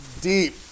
deep